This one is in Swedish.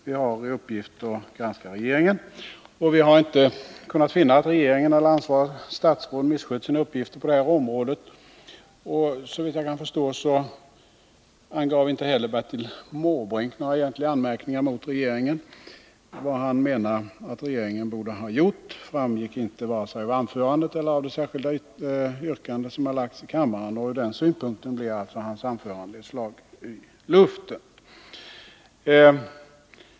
Vi har i uppgift att granska regeringen, och vi har inte kunnat finna att regeringen eller det ansvariga statsrådet har misskött sina uppgifter på detta område. Såvitt jag kan förstå riktade Bertil Måbrink inte heller några anmärkningar mot regeringen. Vad han menar att regeringen borde ha gjort framgick inte av vare sig anförandet eller det yrkande som har lagts i kammaren. I det avseendet blev alltså hans anförande ett slag i luften.